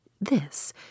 This